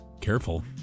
Careful